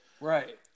right